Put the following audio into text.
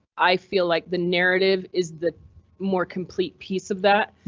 i feel like the narrative is the more complete piece of that.